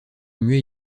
muet